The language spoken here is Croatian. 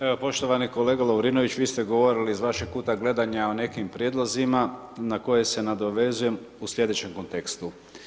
Evo poštovani kolega Lovrinović, vi ste govorili iz vašeg kuta gledanja o nekim prijedlozima na koje se nadovezujem u sljedećem kontekstu.